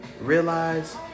Realize